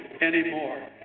anymore